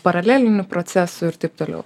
paralelinių procesų ir taip toliau